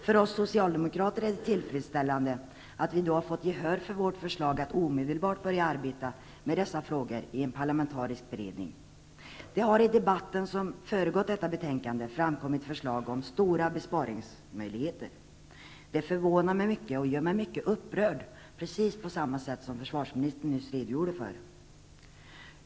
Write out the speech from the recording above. För oss socialdemokrater är det tillfredsställande att vi har fått gehör för vårt förslag att omedelbart börja arbeta med dessa frågor i en parlmentarisk beredning. I debatten som föregått detta betänkande har det framkommit förslag om stora besparingsmöjligheter. Det förvånar mig mycket och gör mig mycket upprörd, precis på samma sätt som försvarsministern nyss redogjorde för.